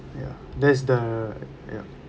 ya that is the ya